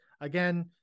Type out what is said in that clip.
Again